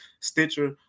Stitcher